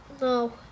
No